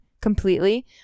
completely